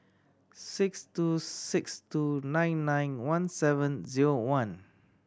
six two six two nine nine one seven zero one